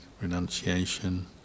renunciation